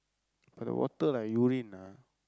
but the water like urine ah